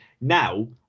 Now